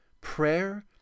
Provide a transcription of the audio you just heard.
prayer